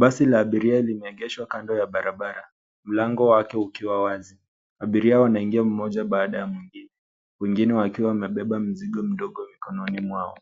Basi la abiria limeegeshwa kando ya barabara, mlango wake ukiwa wazi. Abiria wanaingia mmoja baada ya mwingine. Wengine wakiwa wamebeba mizigo midogo mikononi mwao.